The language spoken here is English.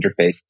interface